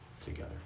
together